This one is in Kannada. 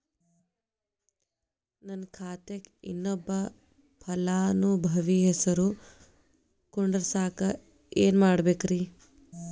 ನನ್ನ ಖಾತೆಕ್ ಇನ್ನೊಬ್ಬ ಫಲಾನುಭವಿ ಹೆಸರು ಕುಂಡರಸಾಕ ಏನ್ ಮಾಡ್ಬೇಕ್ರಿ?